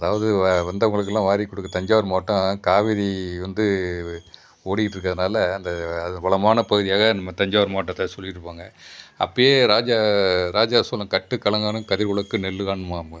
அதாவது வ வந்தவங்களுக்குலாம் வரி கொடுக்குற தஞ்சாவூர் மாவட்டம் காவேரி வந்து ஓடிக்கிட்ருக்குறனால அந்த அது வளமான பகுதியாக நம்ம தஞ்சாவூர் மாவட்டத்தை சொல்லிட்டு இருப்பாங்க அப்போயே ராஜா ராஜா சொன்ன கட்டு கலங்கான கதிரொலுக்கு நெல்லு தான்